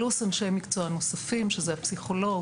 פלוס אנשי מקצוע נוספים שזה הפסיכולוג,